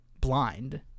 blind